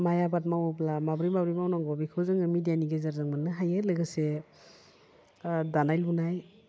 माइ आबाद मावोब्ला माबोरै माबोरै मावनांगौ बेखौ जोङो मिडियानि गेजेरजों मोन्नो हायो लोगोसे दानाय लुनाय